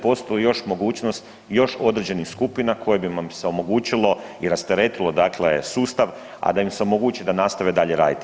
Postoji li još mogućnost još određenih skupina kojima bi se omogućilo i rasteretilo dakle, sustav, a da im se omogući da nastave dalje raditi?